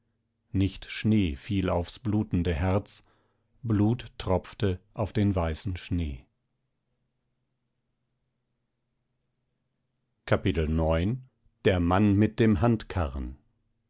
nicht schnee fiel aufs blutenden herz blut tropfte auf den weißen schnee klabund ein mann mit einem handkarren